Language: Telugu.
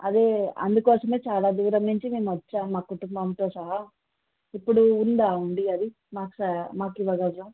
అదే అందుకోసమే చాలా దూరం నుంచి మేము వచ్చాం మా కుటుంబంతో సహా ఇప్పుడు ఉందా అండి అది మాకు స మాకు ఇవ్వగలరా